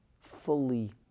fully